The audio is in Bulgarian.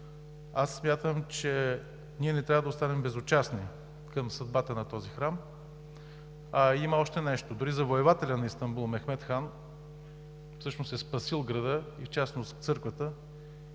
Аз смятам, че ние не трябва да останем безучастни към съдбата на този храм. Има и още нещо: дори завоевателят на Истанбул – Мехмед Хан, всъщност е спасил града и в частност църквата,